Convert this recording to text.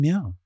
Meow